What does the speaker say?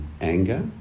Anger